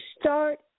start